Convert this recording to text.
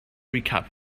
recap